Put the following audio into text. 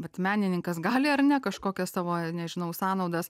bet menininkas gali ar ne kažkokias savo nežinau sąnaudas